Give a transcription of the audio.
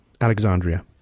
Alexandria